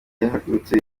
yahagurutse